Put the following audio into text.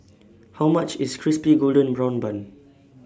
How much IS Crispy Golden Brown Bun